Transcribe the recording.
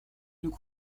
nous